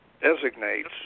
designates